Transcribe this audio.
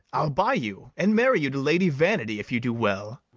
i'll buy you, and marry you to lady vanity, if you do well.